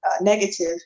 negative